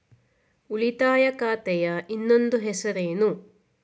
ಉಳಿತಾಯ ಖಾತೆಯ ಇನ್ನೊಂದು ಹೆಸರೇನು?